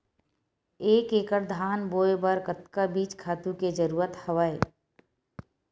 एक एकड़ धान बोय बर कतका बीज खातु के जरूरत हवय?